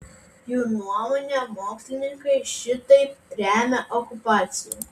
jų nuomone mokslininkai šitaip remia okupaciją